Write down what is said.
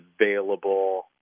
available